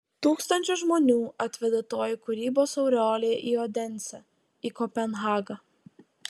tūkstančius žmonių atveda toji kūrybos aureolė į odensę į kopenhagą